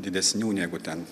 didesnių negu ten